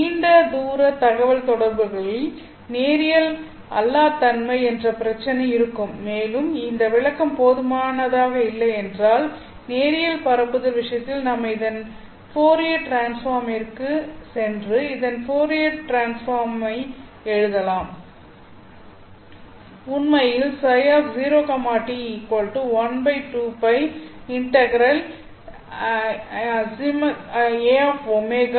நீண்ட தூர தகவல் தொடர்புகளில் நேரியல் அல்லாத் தன்மை என்ற பிரச்சனை இருக்கும் மேலும் இந்த விளக்கம் போதுமானதாக இல்லை என்றால் நேரியல் பரப்புதல் விஷயத்தில் நாம் இதன் ஃபோரியர் டிரான்ஸ்பார்ம் ற்கு சென்று இதன் ஃபோரியர் டிரான்ஸ்பார்ம் ஐ எழுதலாம்